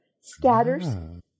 scatters